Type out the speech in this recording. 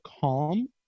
calm